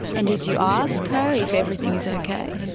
and did you ask her if everything is okay?